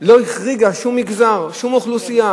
לא החריגה שום מגזר ושום אוכלוסייה.